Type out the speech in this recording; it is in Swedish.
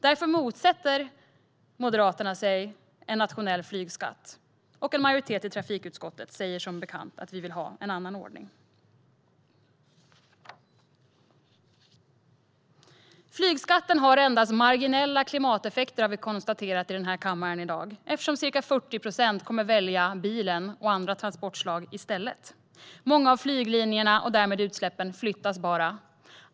Därför motsätter sig Moderaterna en nationell flygskatt, och en majoritet i trafikutskottet säger som bekant att vi vill ha en annan ordning. Flygskatten har endast marginella klimateffekter, har vi konstaterat här i kammaren i dag, eftersom ca 40 procent kommer att välja bilen och andra transportslag i stället. Många av flyglinjerna och därmed utsläppen flyttas bara.